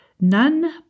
None